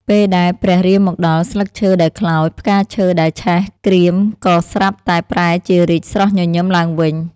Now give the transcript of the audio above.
ពេលដែលព្រះ រាមមកដល់ ស្លឹកឈើដែលខ្លោច ផ្កាឈើដែល ឆេះក្រៀមក៏ស្រាប់ តែប្រែជារីកស្រស់ញញឹមឡើងវិញ។